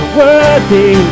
worthy